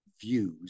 views